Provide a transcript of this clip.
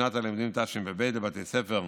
בשנת הלימודים תשפ"ב לבתי ספר נוספים.